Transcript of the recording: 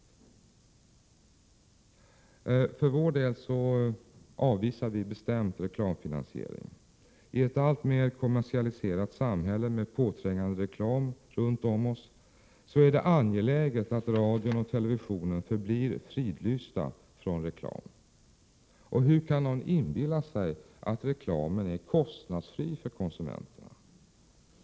Vi för vår del avvisar bestämt reklamfinansiering. I ett alltmer kommersialiserat samhälle med påträngande reklam runt om oss är det angeläget att radion och televisionen förblir fridlysta när det gäller reklam. Och hur kan någon inbilla sig att reklamen är kostnadsfri för konsumenterna?